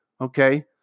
Okay